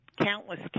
countless